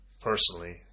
personally